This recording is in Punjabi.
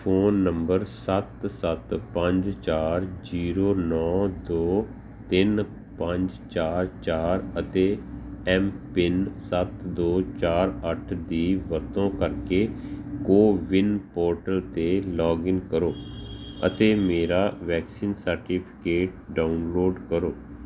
ਫ਼ੋਨ ਨੰਬਰ ਸੱਤ ਸੱਤ ਪੰਜ ਚਾਰ ਜ਼ੀਰੋ ਨੌਂ ਦੋ ਤਿੰਨ ਪੰਜ ਚਾਰ ਚਾਰ ਅਤੇ ਐਮਪਿੰਨ ਸੱਤ ਦੋ ਚਾਰ ਅੱਠ ਦੀ ਵਰਤੋਂ ਕਰਕੇ ਕੋਵਿਨ ਪੋਰਟਲ 'ਤੇ ਲੌਗਇਨ ਕਰੋ ਅਤੇ ਮੇਰਾ ਵੈਕਸੀਨ ਸਰਟੀਫਿਕੇਟ ਡਾਊਨਲੋਡ ਕਰੋ